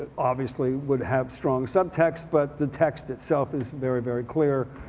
obviously would have strong subtext but the text itself is very, very clear